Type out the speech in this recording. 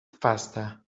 faster